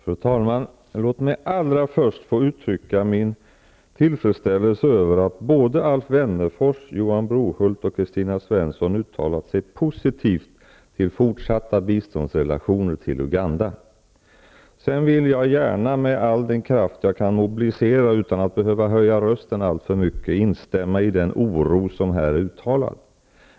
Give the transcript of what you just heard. Fru talman! Låt mig allra först få uttrycka min tillfredsställelse över att både Alf Wennerfors, Johan Brohult och Kristina Svensson uttalat sig positivt om fortsatta biståndsrelationer till Uganda. Sedan vill jag gärna, med all den kraft jag kan mobilisera utan att behöva höja rösten alltför mycket, instämma i den oro som här uttalats.